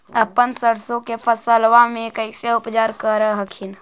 अपन सरसो के फसल्बा मे कैसे उपचार कर हखिन?